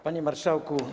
Panie Marszałku!